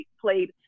played